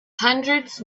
hundreds